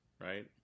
right